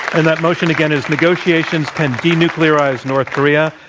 and that motion, again, is negotiations can denuclearize north korea.